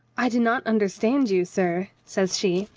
i do not understand you, sir, says she,